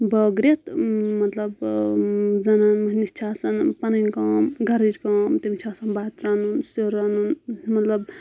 بٲگرِتھ مطلب زَنان مۄہنوِس چھِ آسان پَنٕنۍ کٲم گَرٕچ کٲم تٔمِس چھِ آسان بَتہٕ رَنُن سیُن رَنُن مطلب